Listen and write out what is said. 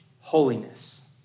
holiness